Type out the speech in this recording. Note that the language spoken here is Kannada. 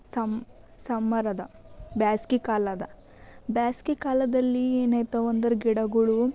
ಸಮ್ ಸಮ್ಮರದ ಬೇಸ್ಗೆ ಕಾಲ ಅದ ಬೇಸ್ಗೆ ಕಾಲದಲ್ಲಿ ಏನಾಗ್ತದೆ ಅಂದ್ರೆ ಗಿಡಗಳು